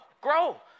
grow